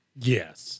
Yes